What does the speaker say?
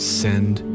send